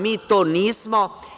Mi to nismo.